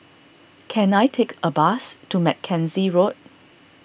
can I take a bus to Mackenzie Road